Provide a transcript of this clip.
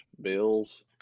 Bills